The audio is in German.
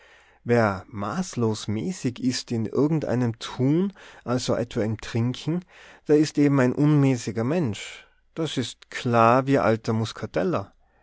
wer maßlos mäßig ist in irgend einem tun also etwa im trinken der ist eben ein unmäßiger mensch das ist klar wie alter muskateller